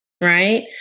right